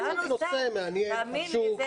זה נושא מעניין, חשוב.